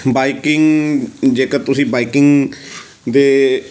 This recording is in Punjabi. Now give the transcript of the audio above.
ਬਾਈਕਿੰਗ ਜੇਕਰ ਤੁਸੀਂ ਬਾਈਕਿੰਗ ਦੇ